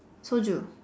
soju